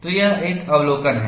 तो यह एक अवलोकन है